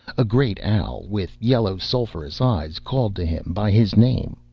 a great owl, with yellow sulphurous eyes, called to him by his name,